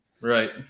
Right